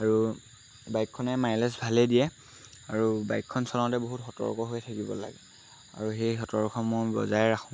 আৰু বাইকখনে মাইলেজ ভালেই দিয়ে আৰু বাইকখন চলাওঁতে বহুত সতৰ্ক হৈ থাকিব লাগে আৰু সেই সতৰ্ক মই বজাই ৰাখোঁ